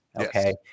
Okay